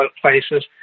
places